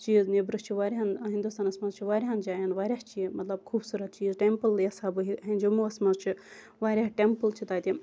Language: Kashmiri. چیٖز نیٚبرٕ چھِ واریَہَن ہِندُستانَس مَنٛز چھ واریَہَن جایَن واریاہ چیٖز چھِ یہِ مَطلَب خوبصورت چیٖز ٹیمپل یَژھ ہا جوٚمُوَس مَنٛز چھ واریاہ ٹیمپل چھِ تَتہِ